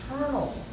eternal